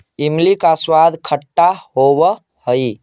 इमली का स्वाद खट्टा होवअ हई